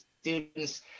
students